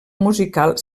musical